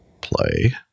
play